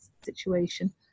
situation